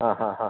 അ അ അ